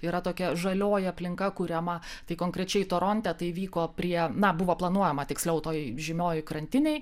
yra tokia žalioji aplinka kuriama tai konkrečiai toronte tai vyko prie na buvo planuojama tiksliau toj žymioj krantinėj